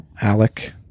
Alec